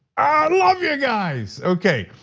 i love you guys. okay,